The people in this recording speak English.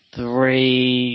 three